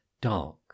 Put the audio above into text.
dark